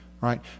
right